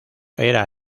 era